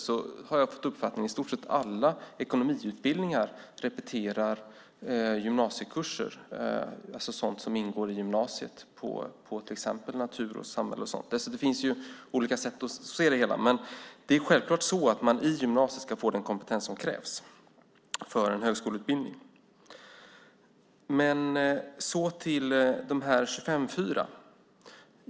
Jag har fått uppfattningen att i stort sett alla ekonomiutbildningar repeterar gymnasiekurser, alltså sådant som ingår i gymnasiet på till exempel natur och samhällsprogrammen. Det finns olika sätt att se det hela. Men det är självklart att man i gymnasiet ska få den kompetens som krävs för en högskoleutbildning. Jag går över till 25:4-regeln.